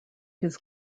his